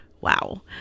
Wow